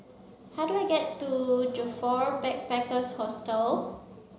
how do I get to Joyfor Backpackers' Hostel